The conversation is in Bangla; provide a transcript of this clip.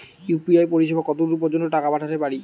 ইউ.পি.আই পরিসেবা কতদূর পর্জন্ত টাকা পাঠাতে পারি?